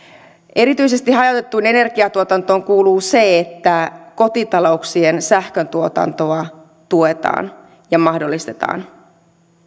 erityisesti hajautettuun energiantuotantoon kuuluu se että kotitalouksien sähköntuotantoa tuetaan ja mahdollistetaan